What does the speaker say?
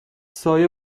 سایه